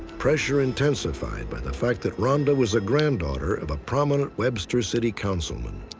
pressure intensified by the fact that rhonda was a granddaughter of a prominent webster city councilman.